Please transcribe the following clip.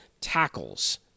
tackles